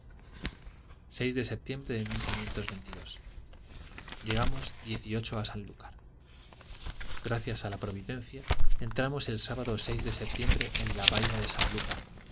de septiembre de llegamos diez y ocho a sanlúcar gracias a la providencia entramos el sábado de septiembre en la bahía de sanlúcar